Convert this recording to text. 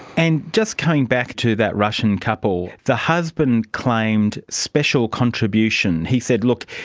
and just coming back to that russian couple, the husband claimed special contribution. he said, look,